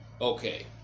Okay